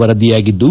ವರದಿಯಾಗಿದ್ದು